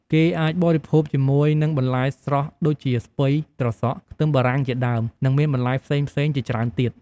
គេអាចបរិភោគជាមួយនឹងបន្លែស្រស់ដូចជាស្ពៃ ត្រសក់ ខ្ទឹមបារាំងជាដើម និងមានបន្លែផ្សេងៗជាច្រើនទៀត។